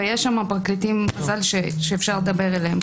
ומזל שיש שם פרקליטים שאפשר לדבר אליהם.